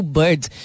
birds